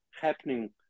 happening